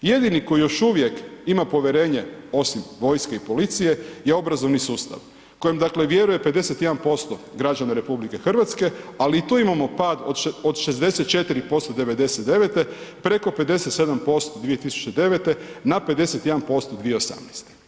Jedini koji još uvijek ima povjerenje osim vojske i policije je obrazovni sustav kojem, dakle, vjeruje 51% građana RH, ali i tu imamo pad od 64% 1999., preko 57% 2009. na 51% 2018.